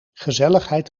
gezelligheid